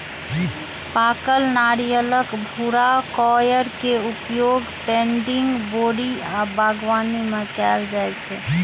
पाकल नारियलक भूरा कॉयर के उपयोग पैडिंग, बोरी आ बागवानी मे कैल जाइ छै